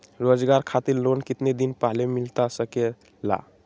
रोजगार खातिर लोन कितने दिन पहले मिलता सके ला?